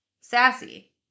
Sassy